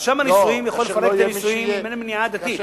רשם הנישואים יכול לפרק את הנישואים אם אין מניעה דתית.